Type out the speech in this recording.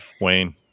Wayne